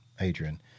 Adrian